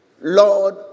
Lord